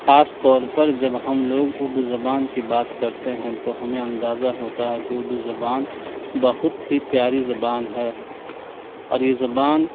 خاص طور پر جب ہم لوگ اردو زبان کی بات کرتے ہیں تو ہمیں اندازہ ہوتا ہے کہ اردو زبان بہت ہی پیاری زبان ہے اور یہ زبان